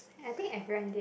I think have run that